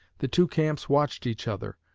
the two camps watched each other,